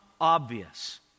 obvious